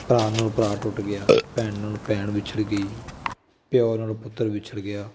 ਭਰਾ ਨਾਲੋਂ ਭਰਾ ਟੁੱਟ ਗਿਆ ਭੈਣ ਨਾਲੋਂ ਭੈਣ ਵਿਛੜ ਗਈ ਪਿਓ ਨਾਲੋਂ ਪੁੱਤਰ ਵਿਛੜ ਗਿਆ